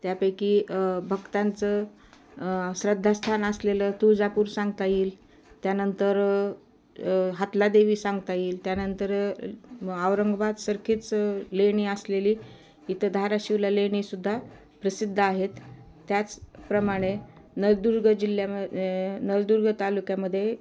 त्यापैकी भक्तांचं श्रद्धास्थान असलेलं तुळजापूर सांगता येईल त्यानंतर हातला देवी सांगता येईल त्यानंतर औरंगबादसारखेच लेणी असलेली इथं धाराशिवला लेणीसुद्धा प्रसिद्ध आहेत त्याचप्रमाणे नलदुर्ग जिल्ह्याम नलदुर्ग तालुक्यामध्ये